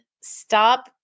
stop